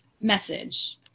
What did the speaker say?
message